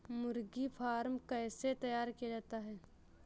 मुर्गी फार्म कैसे तैयार किया जाता है?